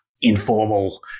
informal